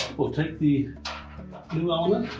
we'll take the new element